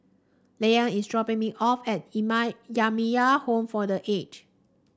is dropping me off at Jamiyah Home for The Aged